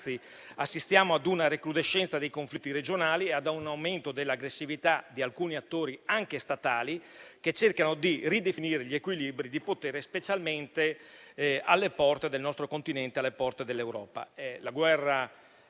anzi, assistiamo a una recrudescenza dei conflitti regionali e a un aumento dell'aggressività di alcuni attori, anche statali, che cercano di ridefinire gli equilibri di potere, specialmente alle porte del nostro continente e dell'Europa.